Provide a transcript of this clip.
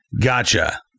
Gotcha